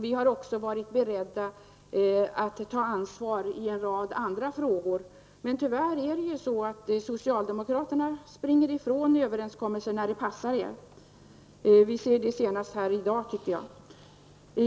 Vi har också varit beredda att ta ansvar i en rad andra frågor. Men tyvärr är det ju så att socialdemokraterna springer ifrån överenskommelserna när det passar dem. Det har vi sett senast här i dag.